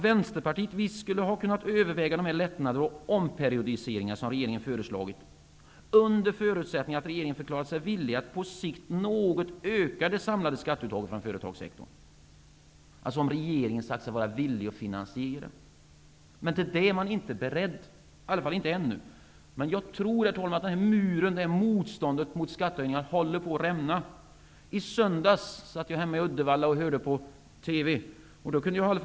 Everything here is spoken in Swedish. Visst skulle Vänsterpartiet kunnat överväga de lättnader och omperiodiseringar som regeringen föreslagit, under förutsättning att regeringen förklarat sig villig att på sikt något öka det samlade skatteuttaget från företagssektorn -- om alltså regeringen förklarat sig vara villig att finansiera. Men det är man inte beredd att göra ännu. Jag tror att muren som utgör motståndet mot skattehöjningar håller på att rämna. I söndags tittade jag på TV hemma i Uddevalla.